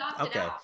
okay